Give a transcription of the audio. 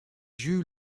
you